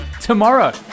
tomorrow